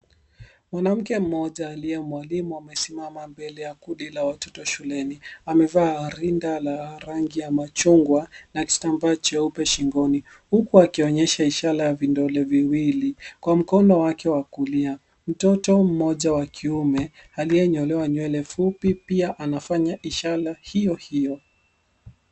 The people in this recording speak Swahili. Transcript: Mwanamke mmoja aliye mwalimu amesimama mbele ya kundi la watoto shuleni. Amevaa rinda la rangi ya machungwa na kitambaa cheupe shingoni, huku akionyesha ishara ya vidole viwili, kwa mkono wake wa kulia. Mtoto mmoja wa kiume, aliyenyolewa nywele fupi pia anafanya ishara hio hio.